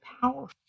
powerful